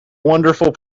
wonderful